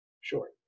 Sure